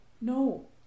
No